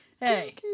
Hey